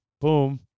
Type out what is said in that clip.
boom